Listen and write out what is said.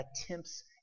attempts